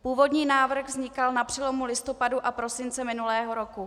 Původní návrh vznikal na přelomu listopadu a prosince minulého roku.